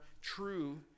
true